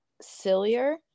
sillier